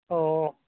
ᱚᱻ